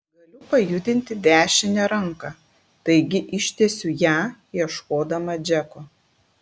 galiu pajudinti dešinę ranką taigi ištiesiu ją ieškodama džeko